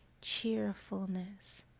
cheerfulness